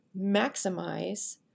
maximize